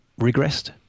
regressed